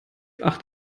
acht